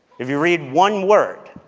if you read one word,